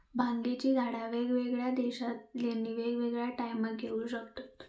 भांगेची झाडा वेगवेगळ्या देशांतल्यानी वेगवेगळ्या टायमाक येऊ शकतत